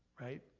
right